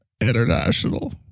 International